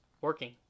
working